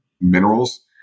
minerals